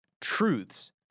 truths